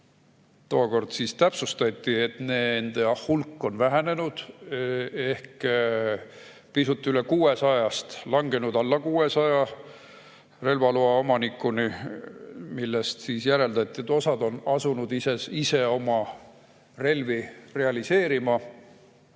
Tookord täpsustati, et nende hulk on vähenenud, ehk pisut üle 600-st on langenud alla 600 relvaloa omanikuni. Sellest järeldati, et osa on asunud ise oma relvi realiseerima.